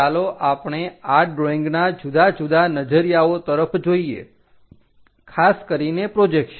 ચાલો આપણે આ ડ્રોઈંગના જુદા જુદા નજરીયાઓ તરફ જોઈએ ખાસ કરીને પ્રોજેક્શન